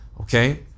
okay